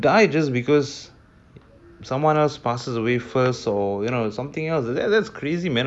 the I just because someone else passes wafers or you know something else